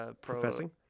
Professing